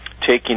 taking